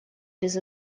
без